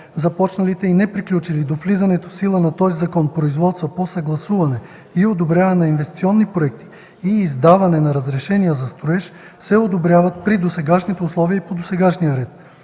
Започнатите и не приключили до влизането в сила на този закон производства по съгласуване и одобряване на инвестиционни проекти и издаване на разрешения за строеж се одобряват при досегашните условия и по досегашния ред.